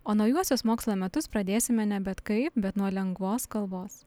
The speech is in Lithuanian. o naujuosius mokslo metus pradėsime ne bet kaip bet nuo lengvos kalbos